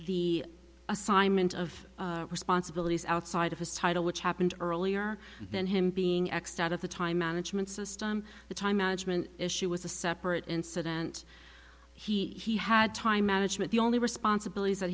the assignment of responsibilities outside of his title which happened earlier than him being axed out of the time management system the time management issue was a separate incident he had time management the only responsibilities that